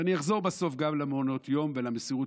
ואני אחזור בסוף גם למעונות היום ולמסירות